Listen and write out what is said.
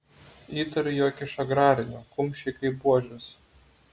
įtariu jog iš agrarinio kumščiai kaip buožės